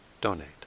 donate